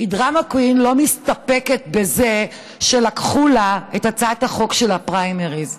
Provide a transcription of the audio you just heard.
כי דרמה קווין לא מסתפקת בזה שלקחו לה את הצעת החוק של הפריימריז.